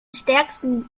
stärksten